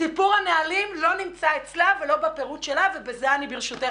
סיפור הנהלים לא נמצא אצלה ולא בפירוט שלה ובזה ברשותך